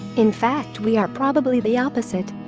in fact we are probably the opposite.